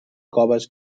coves